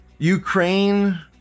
Ukraine